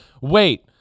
wait